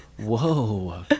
whoa